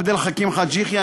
עבד אל חכים חאג' יחיא,